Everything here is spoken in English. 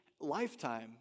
lifetime